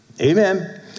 Amen